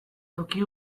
toki